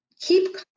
keep